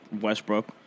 Westbrook